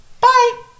Bye